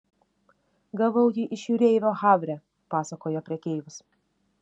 gavau jį iš jūreivio havre pasakojo prekeivis